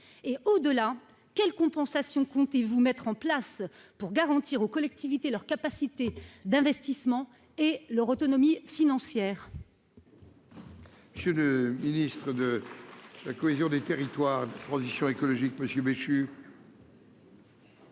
? Au-delà, quelles compensations comptez-vous mettre en place pour garantir aux collectivités leur capacité d'investissement et leur autonomie financière ?